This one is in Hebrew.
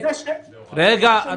--- תודה.